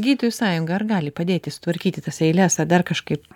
gydytojų sąjunga ar gali padėti sutvarkyti tas eiles ar dar kažkaip